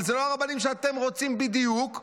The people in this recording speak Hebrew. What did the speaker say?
אבל זה לא הרבנים שאתם רוצים בדיוק,